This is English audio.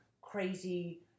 crazy